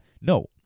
No